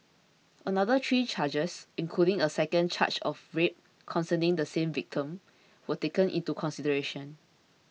another three charges including a second charge of rape concerning the same victim were taken into consideration